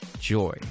joy